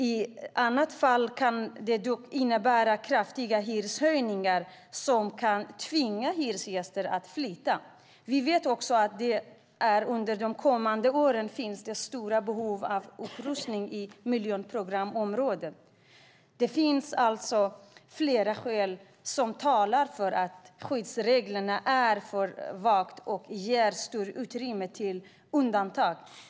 I andra fall kan det dock innebära kraftiga hyreshöjningar som kan tvinga hyresgäster att flytta. Vi vet också att det under de kommande åren finns stora behov av upprustning i miljonprogramområden. Det finns flera skäl som talar för att skyddsreglerna är för vaga och ger stort utrymme till undantag.